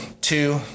Two